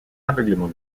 aveuglement